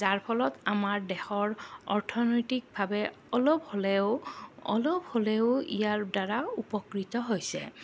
যাৰ ফলত আমাৰ দেশৰ অৰ্থনৈতিকভাৱে অলপ হ'লেও অলপ হ'লেও ইয়াৰ দ্বাৰা উপকৃত হৈছে